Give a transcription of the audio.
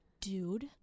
Dude